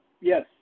Yes